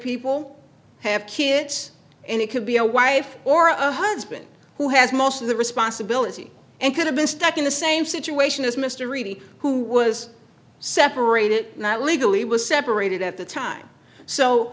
people have kids and it could be a wife or a husband who has most of the responsibility and could have been stuck in the same situation as mr reedy who was separated not legally was separated at the time so